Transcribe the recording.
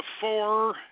four